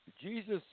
Jesus